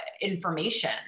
information